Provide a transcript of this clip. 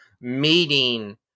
meeting